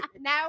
Now